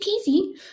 easy